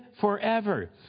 forever